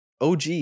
OG